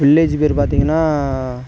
village பேயரு பார்த்தீங்கன்னா